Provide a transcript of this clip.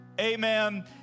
Amen